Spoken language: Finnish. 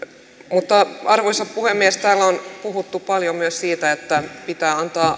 mutta arvoisa puhemies täällä on puhuttu paljon myös siitä että pitää antaa